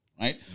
Right